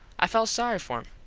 i felt sorry for him.